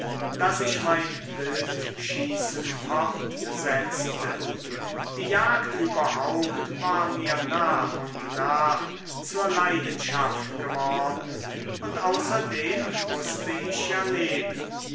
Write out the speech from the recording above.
daß ich mein wildschießen fortsetzte die jagd überhaupt war mir nach und nach zur leidenschaft geworden und außerdem mußte ich ja leben